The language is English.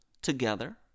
together